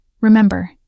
Remember